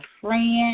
friend